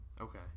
Okay